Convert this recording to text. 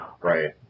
Right